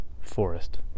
forest